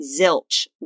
zilch